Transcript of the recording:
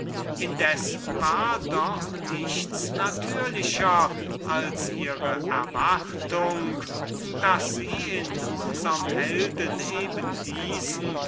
indessen war doch nichts natürlicher als die erwartung daß sie in unserm helden eben diesen